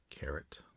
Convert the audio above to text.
carrot